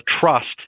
trust